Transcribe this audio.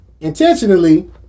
intentionally